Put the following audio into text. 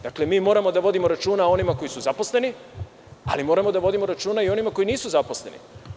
Dakle, mi moramo da vodimo računa o onima koji su zaposleni, ali moramo da vodimo računa i o onima koji nisu zaposleni.